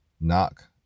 Knock